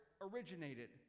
originated